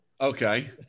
Okay